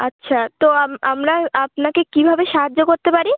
আচ্ছা তো আমরা আপনাকে কীভাবে সাহায্য করতে পারি